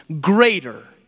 greater